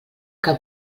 que